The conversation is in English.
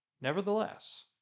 Nevertheless